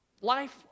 life